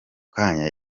kanya